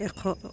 এশ